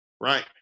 Right